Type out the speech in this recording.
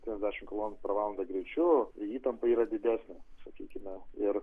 keliasdešimt kilometrų per valandą greičiu ir įtampa yra didesnė sakykime ir